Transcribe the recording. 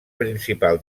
principal